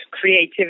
creativity